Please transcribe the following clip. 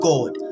God